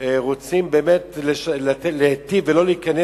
רוצים באמת להיטיב ולא להיכנס